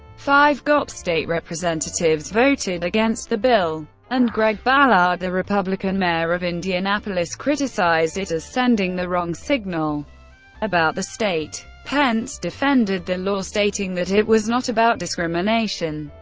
five gop state representatives voted against the bill, and greg ballard, the republican mayor of indianapolis, criticized it as sending the wrong signal about the state. pence defended the law, stating that it was not about discrimination.